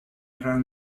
grand